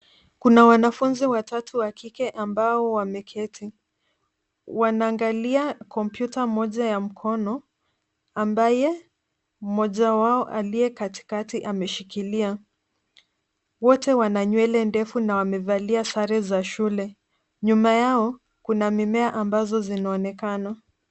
Kuna wanafunzi watatu wa kike ambao wameketi. Wanaangalia kompyuta moja ya mkono ambaye mmoja wao aliye katikati ameshikilia. Wote wana nywele ndefu na wamevalia sare za shule. Nyuma yao kuna mimea ambazo zinaonekana.